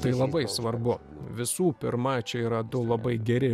tai labai svarbu visų pirma čia yra du labai geri